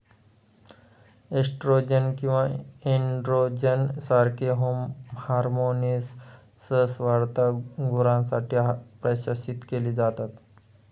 oestrogen किंवा androgen सारखे hormones सहसा वाढत्या गुरांसाठी प्रशासित केले जातात